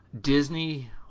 Disney